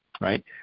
right